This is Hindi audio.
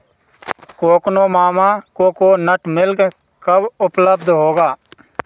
कोकनोमामा कोकोनट मिल्क कब उपलब्ध होगा